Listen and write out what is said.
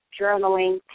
journaling